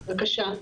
בבקשה.